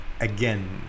again